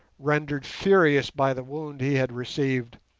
rendered furious by the wound he had received,